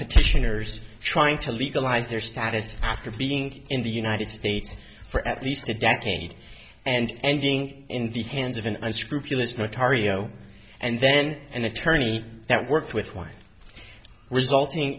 petitioners trying to legalize their status after being in the united states for at least a decade and being in the hands of an unscrupulous my cardio and then an attorney that worked with one resulting